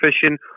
fishing